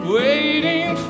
waiting